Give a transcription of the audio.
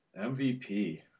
MVP